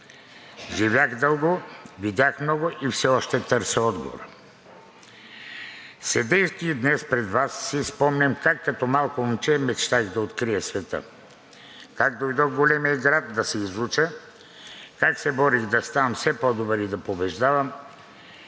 Живях дълго, видях много и все още търся отговора. Седейки днес пред Вас, си спомням как като малко момче мечтаех да открия света, как дойдох в големия град да се изуча, как се борих да ставам все по-добър и да побеждавам.